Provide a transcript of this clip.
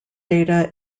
data